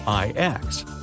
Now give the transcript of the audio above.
IX